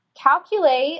calculate